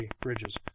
Bridges